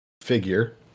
figure